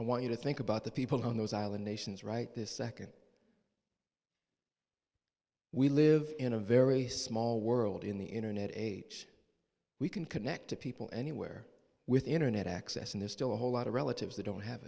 and want you to think about the people who own those island nations right this second we live in a very small world in the internet age we can connect to people anywhere with internet access and there's still a whole lot of relatives that don't have